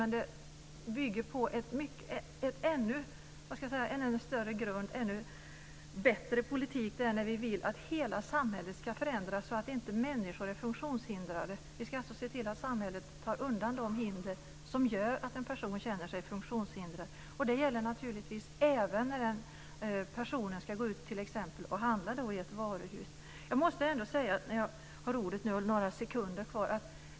Men det bygger på en ännu större grund, en ännu bättre politik, där vi vill att hela samhället ska förändras så att inte människor är funktionshindrade. Vi ska alltså se till att samhället tar bort de hinder som gör att en person känner sig funktionshindrad. Det gäller naturligtvis även när den personen t.ex. ska gå ut och handla i ett varuhus. Jag måste ändå säga en sak till när jag nu har ordet och har några sekunder kvar.